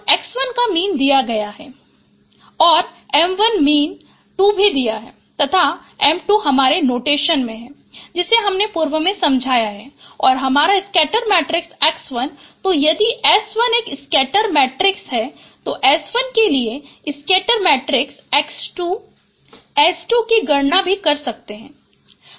तो X1 का mean दिया गया है और m1 मीन 2 भी दिया है तथा m2 हमारे नोटेशन में है जिसे हमने पूर्व में समझाया है और यह हमारा स्कैटर मैट्रिक्स X1 तो यदि S1 एक स्कैटर मैट्रिक्स है तो S1 के लिए स्कैटर मैट्रिक्स X2 S2 की गणना भी कर सकते हैं